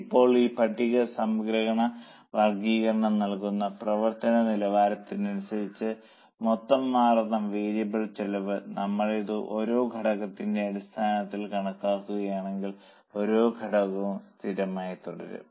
ഇപ്പോൾ ഈ പട്ടിക സംഗ്രഹ വർഗ്ഗീകരണം നൽകുന്നു പ്രവർത്തന നിലവാരത്തിനനുസരിച്ച് മൊത്തം മാറുന്ന വേരിയബിൾ ചെലവ് നമ്മൾ ഇത് ഓരോ ഘടകത്തിന്റെ അടിസ്ഥാനത്തിൽ കണക്കാക്കുകയാണെങ്കിൽ ഓരോ ഘടകവും സ്ഥിരമായി തുടരും